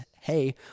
hey